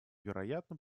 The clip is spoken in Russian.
вероятно